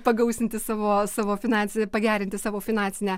pagausinti savo savo finansinę pagerinti savo finansinę